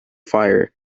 fire